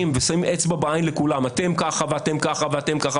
ושמים אצבע בעין לכולם: אתם ככה ואתם ככה.